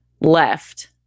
left